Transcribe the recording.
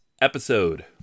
episode